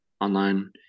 online